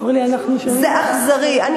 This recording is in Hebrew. אורלי, אנחנו שומעים, זה אכזרי.